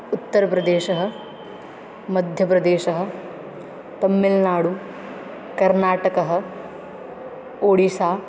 उत्तरप्रदेशः मध्यप्रदेशः तम्मिल्नाडु कर्नाटकः ओडिसा